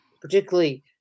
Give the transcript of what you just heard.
particularly